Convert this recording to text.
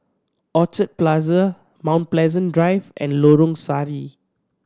Orchard Plaza Mount Pleasant Drive and Lorong Sari